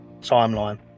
timeline